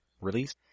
release